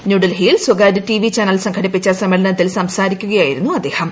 ന്യൂഡൽഹിയിൽ സ്വകാര്യ TV channel സംഘടിപ്പിച്ച സമ്മേളനത്തിൽ സംസാരിക്കുകയായിട്ടിരുന്നു അദ്ദേഹം